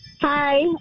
Hi